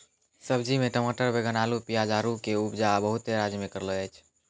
सब्जी मे टमाटर बैगन अल्लू पियाज आरु के उपजा बहुते राज्य मे करलो जाय छै